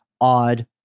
odd